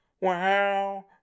wow